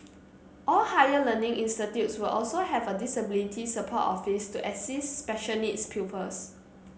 all higher learning will also have a disability support office to assist special needs pupils